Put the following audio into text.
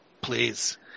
Please